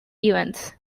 events